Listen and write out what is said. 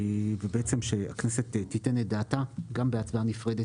ובעצם שהכנסת תיתן את דעתה גם בהצעה נפרדת